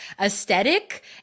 aesthetic